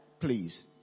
please